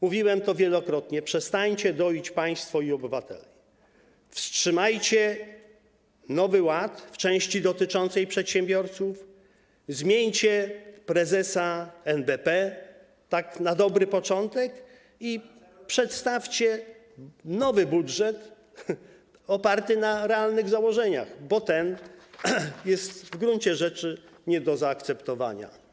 Mówiłem to wielokrotnie: przestańcie doić państwo i obywateli, wstrzymajcie Nowy Ład w części dotyczącej przedsiębiorców, zmieńcie prezesa NBP, tak na dobry początek, i przedstawcie nowy budżet oparty na realnych założeniach, bo ten jest w gruncie rzeczy nie do zaakceptowania.